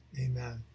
Amen